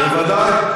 כן, בוודאי.